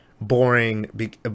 boring